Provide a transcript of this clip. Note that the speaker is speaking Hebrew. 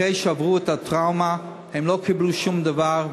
אחרי שעברו את הטראומה הם לא קיבלו שום דבר,